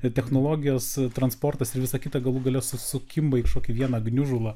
technologijos transportas ir visa kita galų gale su sukimba į kažkokį vieną gniužulą